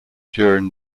during